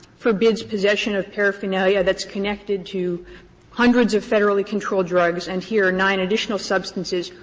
forbids possession of paraphernalia that's connected to hundreds of federally controlled drugs, and here nine additional substances,